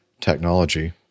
technology